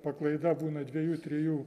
paklaida būna dviejų trijų